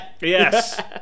yes